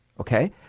Okay